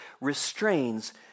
restrains